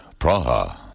Praha